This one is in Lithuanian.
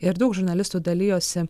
ir daug žurnalistų dalijosi